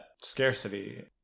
scarcity